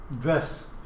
dress